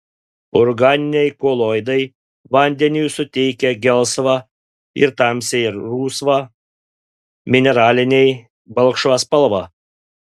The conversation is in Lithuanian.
organiniai koloidai vandeniui suteikia gelsvą ir tamsiai rusvą mineraliniai balkšvą spalvą